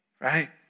Right